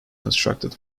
constructed